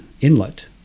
inlet